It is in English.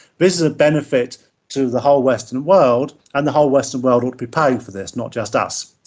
this is of benefit to the whole western world and the whole western world ought to be paying for this, not just us.